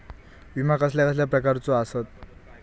विमा कसल्या कसल्या प्रकारचो असता?